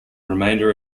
remainder